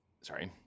sorry